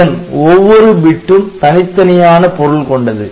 இதன் ஒவ்வொரு பிட்டும் தனித்தனியான பொருள் கொண்டது